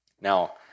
Now